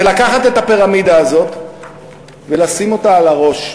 זה לקחת את הפירמידה הזאת ולשים אותה על הראש,